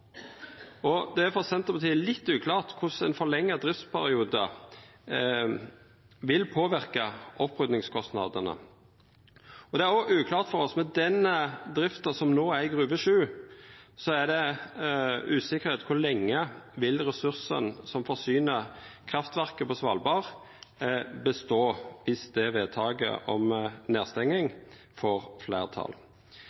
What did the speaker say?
og det er for Senterpartiet litt uklart korleis ein forlengd driftsperiode vil påverka opprydjingskostnadene. Og dette er òg uklart for oss: Med den drifta som no er i Gruve 7, er det usikkert kor lenge ressursane som forsyner kraftverket på Svalbard, vil bestå, viss vedtaket om